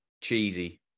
cheesy